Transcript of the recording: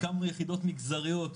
הקמנו יחידות מגזריות,